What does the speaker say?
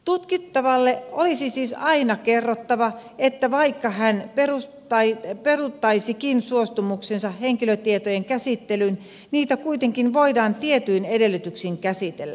tutkittavalle olisi siis aina kerrottava että vaikka hän peruuttaisikin suostumuksensa henkilötietojen käsittelyyn niitä kuitenkin voidaan tietyin edellytyksin käsitellä